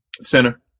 Center